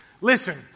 Listen